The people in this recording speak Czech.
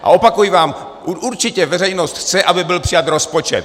A opakuji vám, určitě veřejnost chce, aby byl přijat rozpočet.